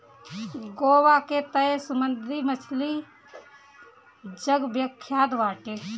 गोवा के तअ समुंदरी मछली जग विख्यात बाटे